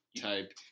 Type